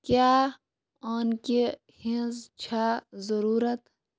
کیٛاہ عٲنکہِ ہِنٛز چھا ضٔروٗرت